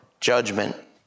Judgment